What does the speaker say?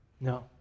No